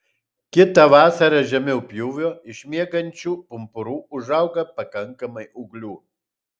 kitą vasarą žemiau pjūvio iš miegančių pumpurų užauga pakankamai ūglių